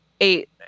eight